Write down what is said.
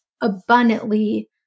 abundantly